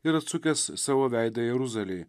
ir atsukęs savo veidą jeruzalei